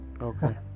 Okay